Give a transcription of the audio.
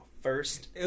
first